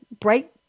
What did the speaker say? bright